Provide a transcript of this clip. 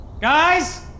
Guys